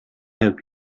help